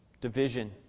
division